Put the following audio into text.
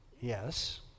yes